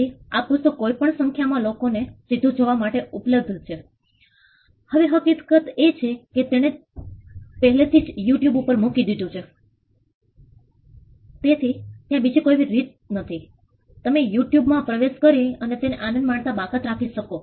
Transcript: તેથી આ પુસ્તક કોઈ પણ સંખ્યામાં લોકોને સીધું જોવા માટે ઉપલબ્ધ છે હવે હકીકત એ છે કે તેણે તેને પહેલેથી જ યુટ્યુબ ઉપર મૂકી દીઘું છે તેથી ત્યાં બીજી કોઈ રીત નથી કે તમે યુટ્યુબ માં પ્રવેશ કરી અને તેને આનંદ માણતા બાકાત રાખી શકો